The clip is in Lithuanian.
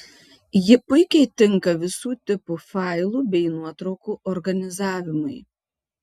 ji puikiai tinka visų tipų failų bei nuotraukų organizavimui